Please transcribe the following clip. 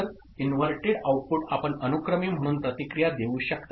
तर ते inverted output आपण अनुक्रमे म्हणून प्रतिक्रिया देऊ शकता